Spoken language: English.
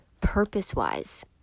purpose-wise